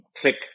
click